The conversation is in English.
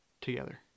together